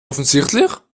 offensichtlich